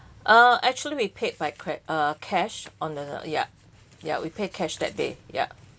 uh actually we paid by cred~ uh cash on the ya ya we pay cash that day ya